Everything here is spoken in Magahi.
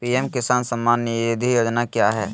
पी.एम किसान सम्मान निधि योजना क्या है?